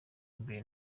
imbere